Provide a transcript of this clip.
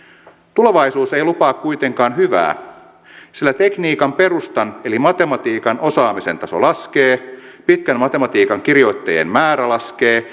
tulevaisuus ei lupaa kuitenkaan hyvää sillä tekniikan perustan eli matematiikan osaamisen taso laskee pitkän matematiikan kirjoittajien määrä laskee